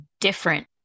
different